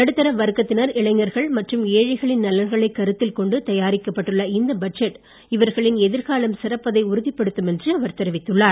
நடுத்தர வர்க்கத்தினர் இளைஞர்கள் மற்றும் ஏழைகளின் நலன்களை கருத்தில் கொண்டு தயாரிக்கப் பட்டுள்ள இந்த பட்ஜெட் இவர்களின் எதிர்காலம் சிறப்பதை உறுதிப்படுத்தும் என்று அவர் தெரிவித்துள்ளார்